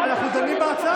אנחנו דנים בהצעה הזאת.